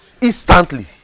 Instantly